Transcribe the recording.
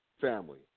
family